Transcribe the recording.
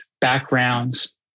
backgrounds